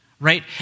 right